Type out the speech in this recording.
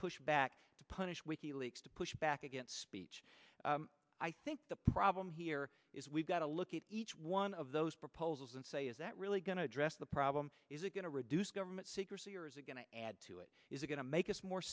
push back to punish wiki leaks to push back against speech i think the problem here is we've got to look at each one of those proposals and say is that really going to address the problem is it going to reduce government secrecy or is a going to add to it is going to make us more